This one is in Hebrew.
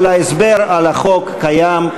אבל ההסבר על החוק קיים,